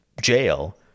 jail